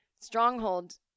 stronghold